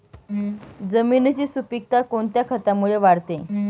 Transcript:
जमिनीची सुपिकता कोणत्या खतामुळे वाढते?